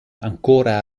ancora